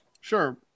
Sure